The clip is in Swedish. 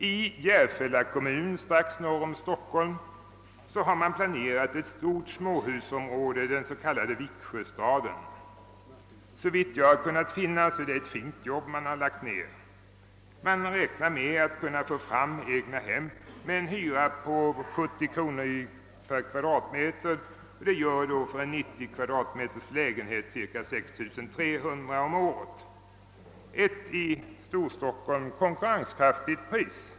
I Järfälla kommun strax norr om Stockholm har ett stort småhusområde — den s.k. Viksjöstaden — planerats. Såvitt jag har kunnat finna är det ett fint jobb som gjorts. Man räknar med att kunna få fram egnahem med en hyra på 70 kronor per m?, och det gör för en bostad på 90 m? cirka 3 600 kronor om året — ett i Storstockholm konkurrenskraftigt pris.